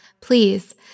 Please